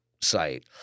site